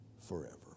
forever